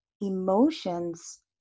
emotions